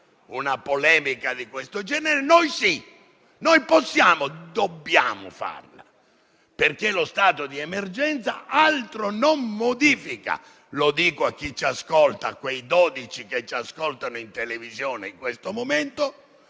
una polemica di questo genere; noi sì, noi possiamo e dobbiamo farla, perché lo stato di emergenza - lo dico a chi ci ascolta, a quei pochi che ci ascoltano in televisione in questo momento